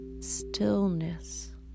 stillness